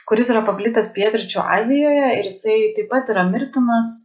kuris yra paplitęs pietryčių azijoje ir jisai taip pat yra mirtinas